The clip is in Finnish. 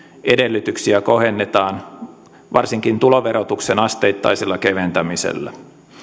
edellytyksiä kohennetaan varsinkin tuloverotuksen asteittaisella keventämisellä